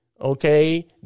Okay